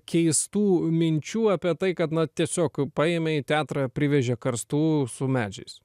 keistų minčių apie tai kad na tiesiog paėmė į teatrą privežė karstų su medžiais